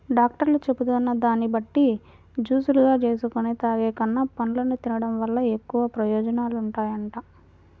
డాక్టర్లు చెబుతున్న దాన్ని బట్టి జూసులుగా జేసుకొని తాగేకన్నా, పండ్లను తిన్డం వల్ల ఎక్కువ ప్రయోజనాలుంటాయంట